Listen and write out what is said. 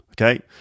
Okay